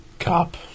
cop